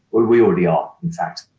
well, we already are, in fact.